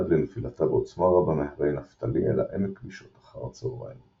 עד לנפילתה בעוצמה רבה מהרי נפתלי אל העמק בשעות אחר הצהריים.